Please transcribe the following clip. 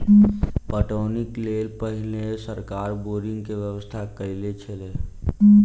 पटौनीक लेल पहिने सरकार बोरिंगक व्यवस्था कयने छलै